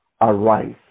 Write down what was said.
arise